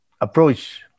approach